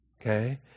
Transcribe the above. Okay